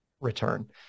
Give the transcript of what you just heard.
return